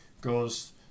goes